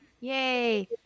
Yay